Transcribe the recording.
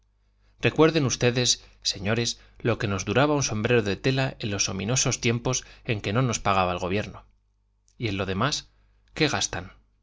recuerden ustedes señores lo que nos duraba un sombrero de teja en los ominosos tiempos en que no nos pagaba el gobierno y en lo demás qué gastan